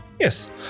yes